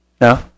No